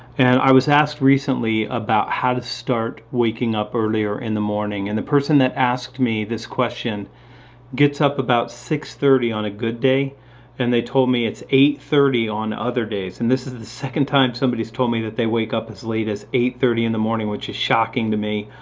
and i was asked recently about how to start waking up earlier in the morning and the person that asked me this question gets up about six thirty on a good day and they told me it's eight thirty on other days. and this is the second time somebody's told me that they wake up as late as eight thirty in the morning which is shocking to me.